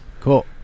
Cool